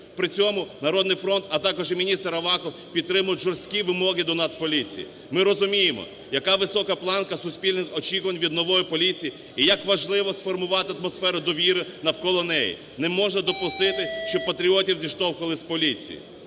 При цьому "Народний фронт", а також і міністр Аваков підтримують жорсткі вимоги до Нацполіції. Ми розуміємо, яка висока планка суспільних очікувань від нової поліції і як важливо сформувати атмосферу довіри навколо неї. Неможна допустити, щоб патріотів зіштовхували з поліцією.